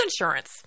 insurance